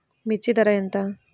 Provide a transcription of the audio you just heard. మిర్చి ధర ఎంత?